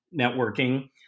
networking